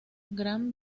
gran